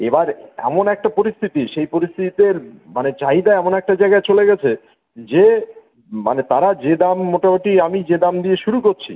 এবার এমন একটা পরিস্থিতি সেই পরিস্থিতিতে মানে চাহিদা এমন একটা জায়গায় চলে গিয়েছে যে মানে তারা যে দাম মোটামুটি আমি যে দাম দিয়ে শুরু করছি